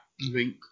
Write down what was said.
link